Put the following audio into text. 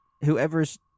whoever's